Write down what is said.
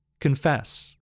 confess